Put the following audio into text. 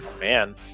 Man